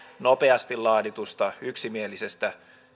nopeasti laaditusta yksimielisestä